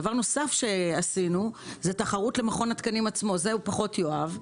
דבר נוסף שעשינו זה תחרות למכון התקנים עצמו את זה הוא פחות יאהב.